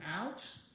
out